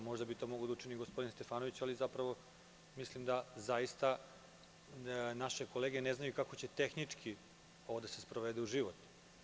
Možda bi to mogao da učini gospodin Stefanović, ali zapravo mislim da zaista naše kolege ne znaju kako će tehnički ovo da se sprovede u život.